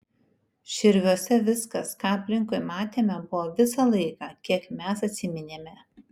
širviuose viskas ką aplinkui matėme buvo visą laiką kiek mes atsiminėme